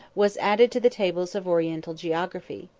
was added to the tables of oriental geography.